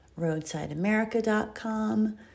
RoadsideAmerica.com